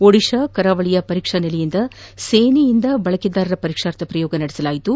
ಒಡಿಶಾದ ಕರಾವಲಿಯ ಪರೀಕ್ಷಾ ನೆಲೆಯಿಂದ ಸೇನೆಯಿಂದ ಬಳಕೆದಾರರ ಪರೀಕ್ಷಾರ್ಥ ಪ್ರಯೋಗ ನಡೆಸಲಾಯಿತು